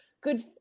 good